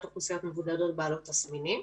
אוכלוסיות מבודדות בעלות תסמינים.